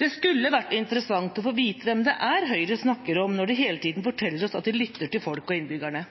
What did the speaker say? Det skulle vært interessant å få vite hvem det er Høyre snakker om når de hele tiden forteller oss at de lytter til folk og innbyggere.